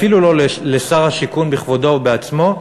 אפילו לא לשר השיכון בכבודו ובעצמו,